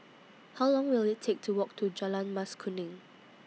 How Long Will IT Take to Walk to Jalan Mas Kuning